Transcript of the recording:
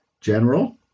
general